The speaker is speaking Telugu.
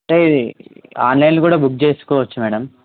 అంటే ఆన్లైన్లో కూడా బుక్ చేసుకోవచ్చు మేడమ్